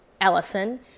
Ellison